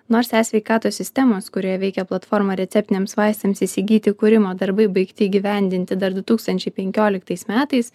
nors sveikatos sistemos kurioje veikia platformą receptiniams vaistams įsigyti kūrimo darbai baigti įgyvendinti dar du tūkstančiai penkioliktais metais